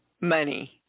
money